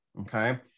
okay